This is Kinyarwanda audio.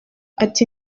ati